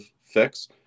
fix